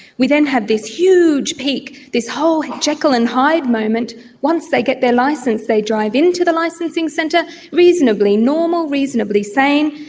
we then have this huge peak, this whole jekyll and hyde moment once they get their licence. they drive into the licensing centre reasonably normal, reasonably sane,